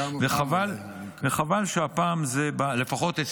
גם --- וחבל שהפעם זה בא.